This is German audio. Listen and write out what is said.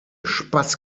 spaß